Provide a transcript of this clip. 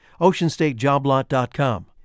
OceanstateJobLot.com